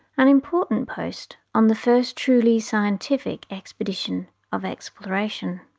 an important post on the first truly scientific expedition of exploration.